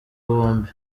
bombi